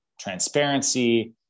transparency